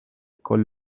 con